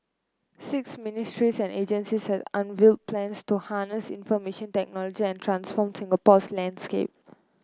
six ministries and agencies has unveiled plans to harness information technology and transform Singapore's landscape